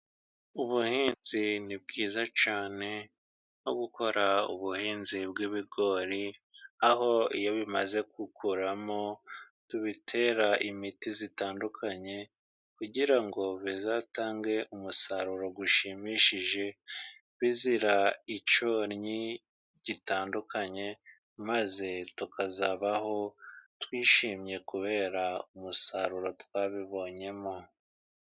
Ubuhinzi ni bwiza cyane, nko gukora ubuhinzi bw'ibigori, aho iyo bimaze gukura tubitera imiti itandukanye, kugira ngo bizatange umusaruro ushimishije, bizira icyonnyi itandukanye, maze tukazabaho twishimye kubera umusaruro twabibonyemo.